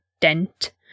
dent